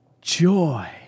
joy